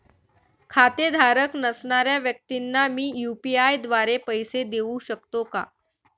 खातेधारक नसणाऱ्या व्यक्तींना मी यू.पी.आय द्वारे पैसे देऊ शकतो का?